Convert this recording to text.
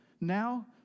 Now